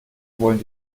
wollen